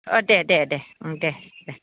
अह दे दे दे ओम दे दे